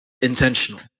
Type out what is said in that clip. intentional